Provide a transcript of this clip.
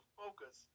focus